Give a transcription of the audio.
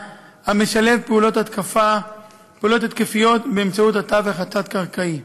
המשלב פעולות התקפיות באמצעות התווך התת-קרקעי.